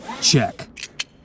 Check